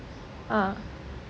uh